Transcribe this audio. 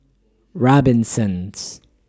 Robinsons